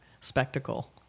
spectacle